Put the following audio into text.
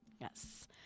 Yes